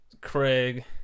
Craig